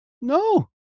No